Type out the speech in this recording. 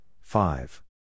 five